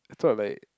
I thought like